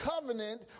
covenant